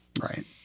Right